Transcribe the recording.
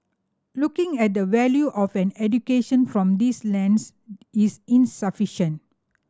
looking at the value of an education from this lens is insufficient